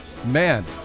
Man